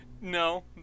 No